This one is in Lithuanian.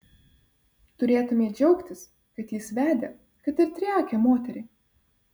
turėtumei džiaugtis kad jis vedė kad ir triakę moterį